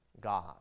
God